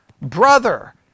brother